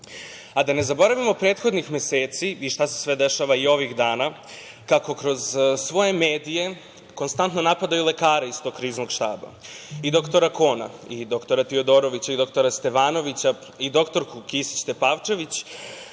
a da ne zaboravimo prethodnih meseci i šta se sve dešava i ovih dana kako kroz svoje medije konstantno napadaju lekare iz tog Kriznog štaba i doktora Kona i doktora Tiodorovića i doktora Stevanovića i doktorku Kisić Tepavčević,